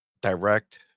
direct